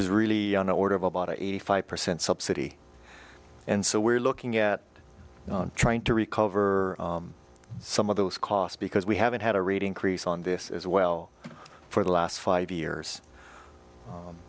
is really on the order of about eighty five percent subsidy and so we're looking at trying to recover some of those costs because we haven't had a reading crease on this as well for the last five years